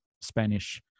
Spanish